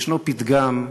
יש פתגם,